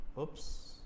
oops